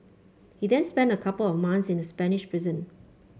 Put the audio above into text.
he then spent a couple of months in a Spanish prison